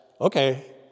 okay